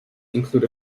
include